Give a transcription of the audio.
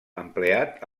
empleat